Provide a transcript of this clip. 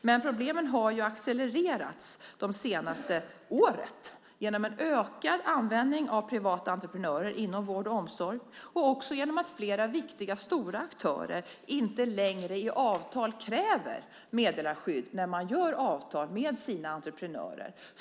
Men problemen har accelererat det senaste året genom en ökad användning av privata entreprenörer inom vård och omsorg och också genom att flera viktiga stora aktörer inte längre i avtal kräver meddelarskydd när de ingår avtal med sina entreprenörer.